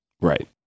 Right